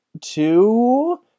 two